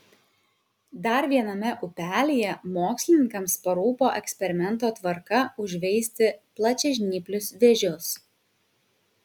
dar viename upelyje mokslininkams parūpo eksperimento tvarka užveisti plačiažnyplius vėžius